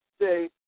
say